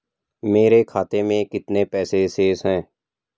मेरे खाते में कितने पैसे शेष हैं?